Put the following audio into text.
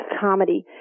comedy